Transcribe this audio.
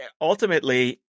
ultimately